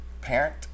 parent